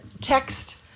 text